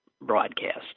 broadcast